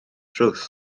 drws